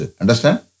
Understand